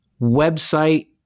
website